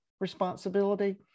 responsibility